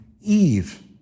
Eve